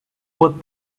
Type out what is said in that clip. what